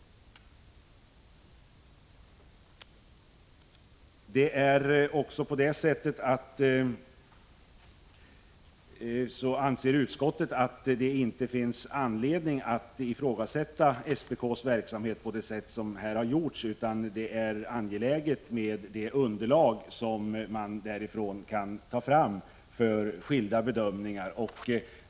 Utskottet anser att det inte finns anledning att ifrågasätta SPK:s verksamhet på det sätt som här har gjorts utan understryker angelägenheten av det underlag som nämnden kan ta fram för skilda bedömningar.